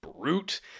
brute